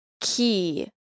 key